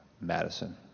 Madison